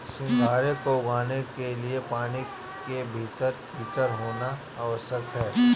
सिंघाड़े को उगाने के लिए पानी के भीतर कीचड़ होना आवश्यक है